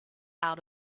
out